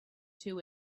two